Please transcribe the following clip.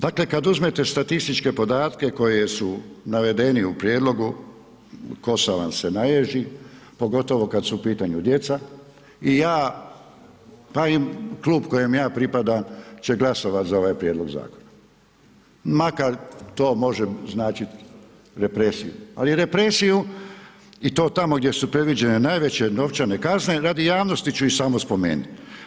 Dakle, kad uzmete statistički podatke koji su navedeni u prijedlogu, kosa vam se naježi pogotovo kad su u pitanju djeca i ja pa i klub kojem ja pripadam će glasovat za ovaj prijedlog zakona makar to može značit represiju ali represiju i to tamo gdje su predviđene najveće novčane kazne, radi javnosti ću ih samo spomenuti.